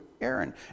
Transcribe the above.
Aaron